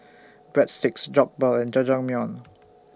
Breadsticks Jokbal and Jajangmyeon